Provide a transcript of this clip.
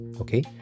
okay